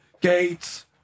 gates